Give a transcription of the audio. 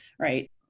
right